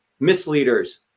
misleaders